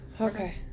Okay